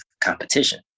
competition